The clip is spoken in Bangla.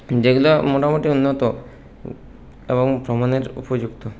যেগুলো মোটামুটি উন্নত এবং ভ্রমণের উপযুক্ত